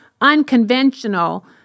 unconventional